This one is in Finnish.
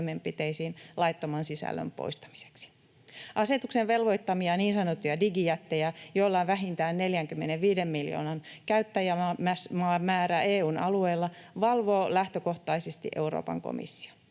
laittoman sisällön poistamiseksi. Asetuksen velvoittamia niin sanottuja digijättejä, joilla on vähintään 45 miljoonan käyttäjämäärä EU:n alueella, valvoo lähtökohtaisesti Euroopan komissio.